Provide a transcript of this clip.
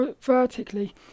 vertically